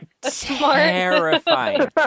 terrifying